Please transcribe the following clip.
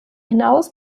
hinaus